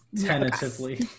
tentatively